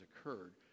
occurred